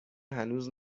هنوز